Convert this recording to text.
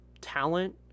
talent